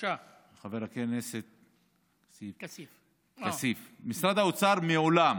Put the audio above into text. חבר הכנסת כסיף, משרד האוצר מעולם